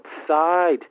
outside